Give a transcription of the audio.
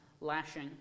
lashing